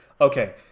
okay